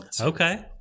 Okay